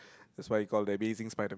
that's why it call that beating spider